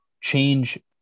change